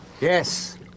yes